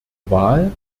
wahl